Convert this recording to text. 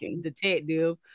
detective